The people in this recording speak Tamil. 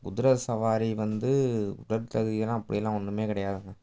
குதிரை சவாரி வந்து உடல் தகுதியெல்லாம் அப்படியெல்லாம் ஒன்றுமே கிடையாதுங்க